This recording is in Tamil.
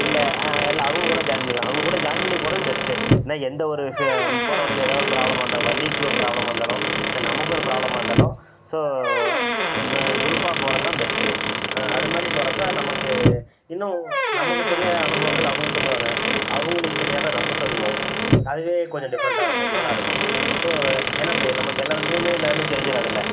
இல்லை இல்லை அவங்கக் கூட ஜாயின் பண்ணிக்கலாம் அவங்கக் கூட ஜாயின் பண்ணி போகறது பெஸ்ட்டு ந எந்தவொரு ச போகற வழில ஏதா ஒரு ப்ராபளமாக இருந்தாலும் வண்டிக்கு ஒரு ப்ராப்ளம் வந்தாலும் இல்லை நமக்கு ஒரு ப்ராப்ளமாக இருந்தாலும் ஸோ குரூப்பாக போகறது தான் பெஸ்ட்டு அது மாதிரி போறப்போ நமக்கு இன்னும் நமக்குத் தெரிய அனுபவங்கள் அவங்க சொல்லுவாங்க அவங்களுக்குத் தெரியாததை நம்ம சொல்லுவோம் அதுவே கொஞ்சம் டிஃப்ரெண்டாக இருக்கும் நல்லாருக்கும் ஸோ ஏன்னா இப்போ ஏ நம்ம எல்லாருக்குமே எல்லாமே தெரிஞ்சிராதுல்ல